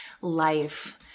life